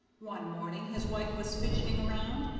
one morning his wife was fidgeting round,